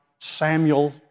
Samuel